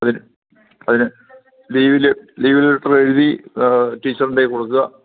അതിന് അതിന് ലീവിൽ ലീവ് ലെറ്റർ എഴുതി ടീച്ചറുടെ കൊടുക്കുക